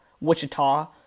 Wichita